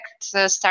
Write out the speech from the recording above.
start